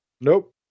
Nope